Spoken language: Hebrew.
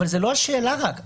אבל זו לא השאלה רק.